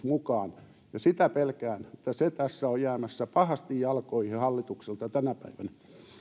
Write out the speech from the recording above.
mukaan ja sitä pelkään että se tässä on jäämässä pahasti jalkoihin hallitukselta tänä päivänä